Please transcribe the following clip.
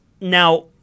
Now